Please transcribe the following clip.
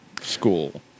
school